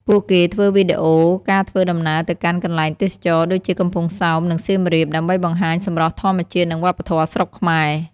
ពួកគេធ្វើវីដេអូការធ្វើដំណើរទៅកាន់កន្លែងទេសចរណ៍ដូចជាកំពង់សោម និងសៀមរាប ដើម្បីបង្ហាញសម្រស់ធម្មជាតិនិងវប្បធម៌ស្រុកខ្មែរ។